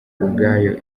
ubwayo